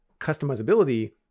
customizability